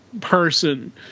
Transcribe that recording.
person